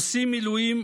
עושים מילואים,